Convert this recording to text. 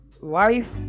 life